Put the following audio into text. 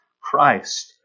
Christ